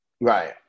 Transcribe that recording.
Right